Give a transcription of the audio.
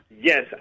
Yes